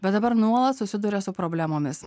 bet dabar nuolat susiduria su problemomis